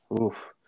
Oof